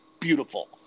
beautiful